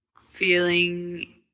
feeling